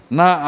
na